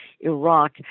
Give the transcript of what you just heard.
Iraq